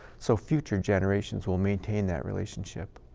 so future generations will maintain that relationship.